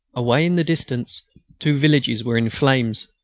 away in the distance two villages were in flames,